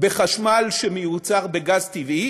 בחשמל שמיוצר בגז טבעי